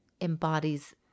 embodies